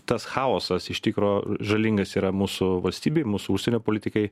tas chaosas iš tikro žalingas yra mūsų valstybei mūsų užsienio politikai